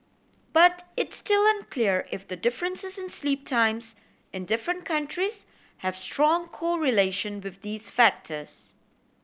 but it's still unclear if the differences in sleep times in different countries have strong correlation with these factors